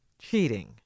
cheating